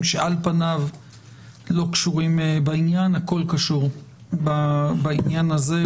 שעל פניו לא קשורים בעניין הכול קשור בעניין הזה,